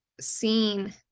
seen